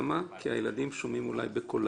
אולי כי הילדים שומעים בקולה,